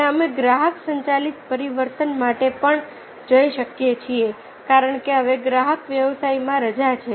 અને અમે ગ્રાહક સંચાલિત પરિવર્તન માટે પણ જઈ શકીએ છીએ કારણ કે હવે ગ્રાહક વ્યવસાયમાં રાજા છે